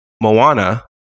Moana